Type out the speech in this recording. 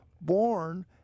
born